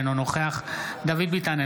אינו נוכח דוד ביטן,